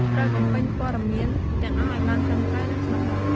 ត្រូវបំពេញព័ត៌មានទាំងអស់ឲ្យបានត្រឹមត្រូវ និងច្បាស់លាស់។